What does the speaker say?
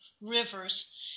rivers